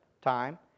time